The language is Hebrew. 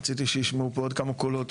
רציתי שישמעו פה עוד כמה קולות,